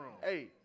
hey